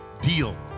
deal